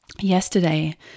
Yesterday